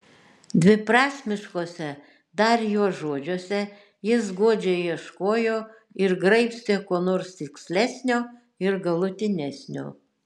dviprasmiškuose dar jo žodžiuose jis godžiai ieškojo ir graibstė ko nors tikslesnio ir galutinesnio